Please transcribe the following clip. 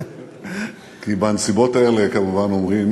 כי בנסיבות האלה כמובן אומרים